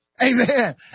Amen